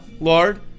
lord